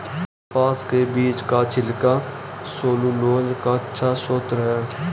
कपास के बीज का छिलका सैलूलोज का अच्छा स्रोत है